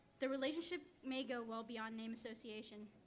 the relationship may go well beyond name association.